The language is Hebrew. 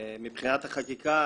מבחינת החקיקה,